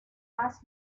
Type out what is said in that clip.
más